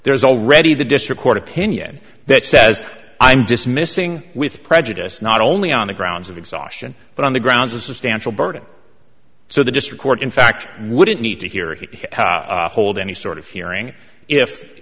there's already the district court opinion that says i'm dismissing with prejudice not only on the grounds of exhaustion but on the grounds of substantial burden so the district court in fact wouldn't need to hear he hold any sort of hearing if